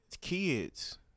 kids